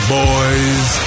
boys